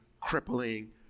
crippling